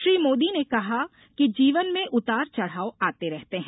श्री मोदी ने कहा कि जीवन में उतार चढ़ाव आते रहते हैं